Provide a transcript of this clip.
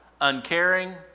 uncaring